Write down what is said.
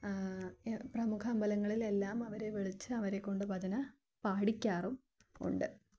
പ്രമുഖ അമ്പലങ്ങളിലെല്ലാം അവരെ വിളിച്ച് അവരെ കൊണ്ട് ഭജന പാടിക്കാറും ഉണ്ട്